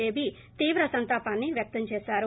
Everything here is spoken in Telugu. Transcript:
బేబీ తీవ్ర సంతాపాన్ని వ్యక్తం చేశారు